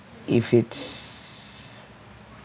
if it's